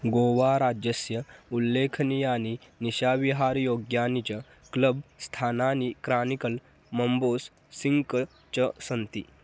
गोवा राज्यस्य उल्लेखनीयानि निशाविहारयोग्यानि च क्लब् स्थानानि क्रानिकल् मम्बोस् सिङ्क् च सन्ति